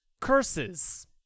Curses